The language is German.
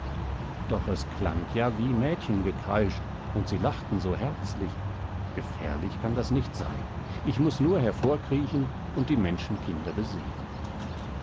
doch es klang ja wie mädchengekreisch und sie lachten so herzlich gefährlich kann das nicht sein ich muß nur hervorkriechen und die menschenkinder besehen